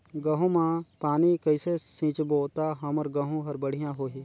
गहूं म पानी कइसे सिंचबो ता हमर गहूं हर बढ़िया होही?